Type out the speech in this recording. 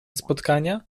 spotkania